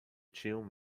tinham